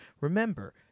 Remember